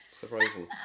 Surprising